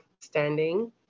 standing